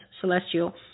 Celestial